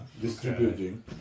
distributing